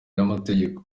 y’amategeko